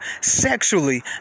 sexually